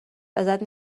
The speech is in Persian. ازت